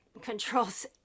controls